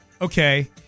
Okay